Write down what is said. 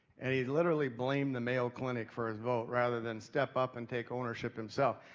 and he literally blamed the mayo clinic for his vote rather than step up and take ownership himself.